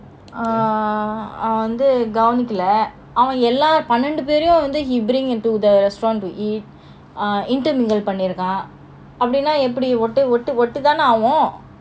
uh அவன் வந்து கவனிக்கல அவன் எல்லாரையும் பன்னாட்டு பேரையும்:avan vanthu gavanikala avan ellarayum panadu perayum then he bring into the restaurant to eat பண்ணி இருக்கான் அப்பிடின்னு எப்பிடி ஒட்டு ஒட்டு ஒட்டு ஒட்டித்தான் ஆவும்:panni irukan apidina epidi ottu ottu ottu ottithaana aavum